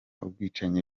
ubwicanyi